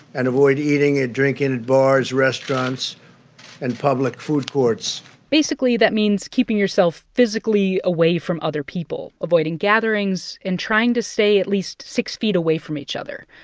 and avoid eating and drinking at bars, restaurants and public food courts basically, that means keeping yourself physically away from other people, avoiding gatherings and trying to stay at least six feet away from each other.